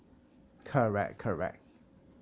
correct correct